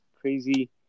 crazy